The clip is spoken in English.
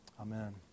Amen